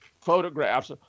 photographs